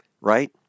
right